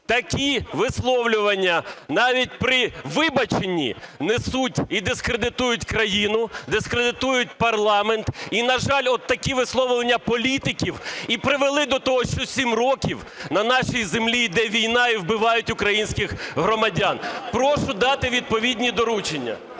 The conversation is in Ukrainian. Такі висловлювання, навіть при вибаченні, несуть і дискредитують країну, дискредитують парламент. І, на жаль, от такі висловлювання політиків і привели до того, що 7 років на нашій землі йде війна і вбивають українських громадян. Прошу дати відповідні доручення.